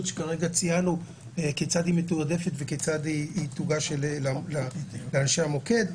שכרגע ציינו כיצד היא מתועדפת וכיצד תוגש לאנשי המוקד.